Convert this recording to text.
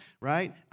right